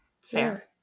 Fair